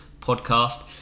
podcast